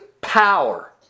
power